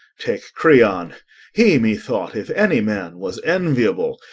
take creon he, methought, if any man, was enviable.